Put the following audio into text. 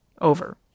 over